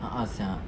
a'ah sia